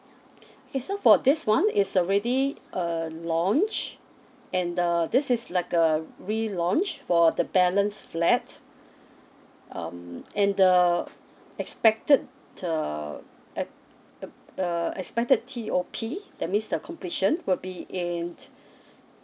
k so for this one is already err launched and the this is like a relaunch for the balance flat um and the expected uh uh uh uh expected T_O_P that means the completion will be in